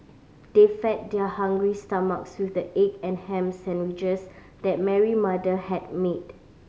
they fed their hungry stomachs with the egg and ham sandwiches that Mary mother had made